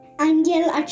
Angel